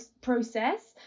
process